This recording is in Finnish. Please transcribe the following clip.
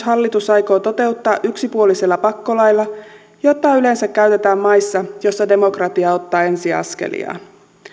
hallitus aikoo toteuttaa yksipuolisella pakkolailla jota yleensä käytetään maissa joissa demokratia ottaa ensiaskeliaan